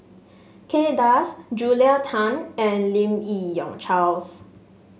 Kay Das Julia Tan and Lim Yi Yong Charles